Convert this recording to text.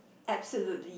absolutely